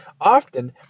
Often